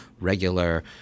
regular